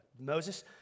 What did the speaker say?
Moses